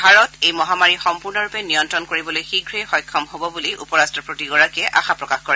ভাৰত এই মহামাৰী সম্পূৰ্ণৰূপে নিয়ন্তণ কৰিবলৈ শীঘ্ৰে সক্ষম হব বুলি উপ ৰট্টপতিয়ে আশা প্ৰকাশ কৰে